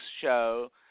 show